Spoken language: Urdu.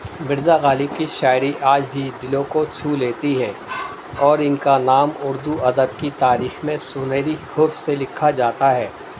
مرزا غالب کی شاعری آج بھی دلوں کو چھو لیتی ہے اور ان کا نام اردو ادب کی تاریخ میں سنہری حرف سے لکھا جاتا ہے